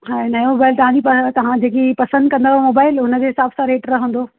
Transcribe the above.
हाणे नयो मोबाइल त जी तव्हां जेकी पसंदि कंदव मोबाइल उनजे हिसाब सां रेट रहंदो